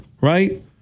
right